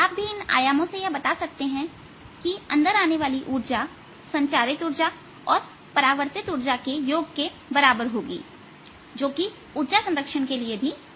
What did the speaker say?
आप भी इन आयामों से यह बता सकते हैं कि अंदर आने वाली ऊर्जा संचारित ऊर्जा और परावर्तित ऊर्जा के योग के बराबर होगी जो कि ऊर्जा संरक्षण के लिए जरूरी है